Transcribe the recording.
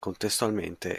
contestualmente